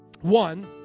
one